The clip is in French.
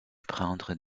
prendre